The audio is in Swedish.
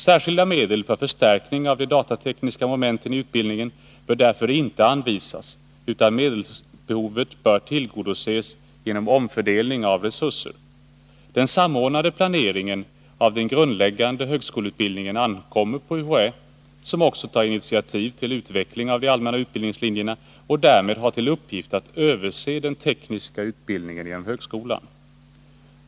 Särskilda medel för förstärkning av de datatekniska momenten i utbildningen bör därför inte anvisas, utan medelsbehovet bör tillgodoses genom omfördelning av resurser. Den samordnade planeringen av den grundläggande högskoleutbildningen ankommer på UHÄ, som också tar initiativ till utveckling av de allmänna utbildningslinjerna och därmed har till uppgift att överse den tekniska utbildningen inom högskolan.